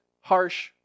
harsh